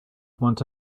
want